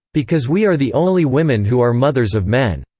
because we are the only women who are mothers of men.